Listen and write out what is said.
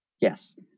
yes